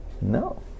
No